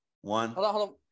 one